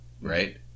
right